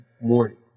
morning